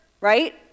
right